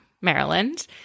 Maryland